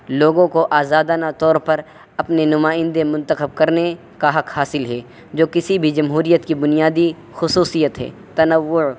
لوگوں کو آزادانہ طور پر اپنے نمائندے منتخب کرنے کا حق حاصل ہے جو کسی بھی جمہوریت کی بنیادی خصوصیت ہے تنوع